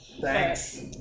Thanks